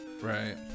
Right